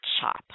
shop